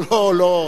לא, לא.